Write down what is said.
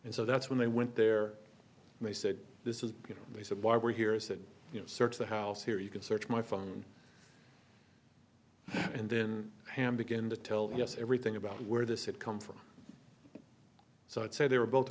and so that's when they went there and they said this is you know they said why we're here is that you know search the house here you can search my phone and then hand begin to tell us everything about where this had come from so it said they were both